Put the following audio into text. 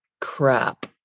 crap